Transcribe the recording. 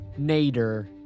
Nader